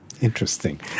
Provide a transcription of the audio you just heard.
Interesting